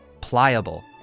pliable